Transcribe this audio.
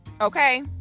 okay